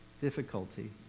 difficulty